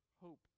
hope